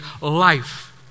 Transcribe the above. life